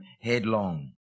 headlong